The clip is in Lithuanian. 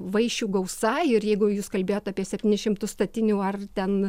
vaišių gausa ir jeigu jūs kalbėjot apie septynis šimtus statinių ar ten